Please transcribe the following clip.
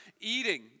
eating